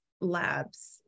labs